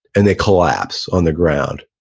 and they collapse on the ground